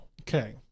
Okay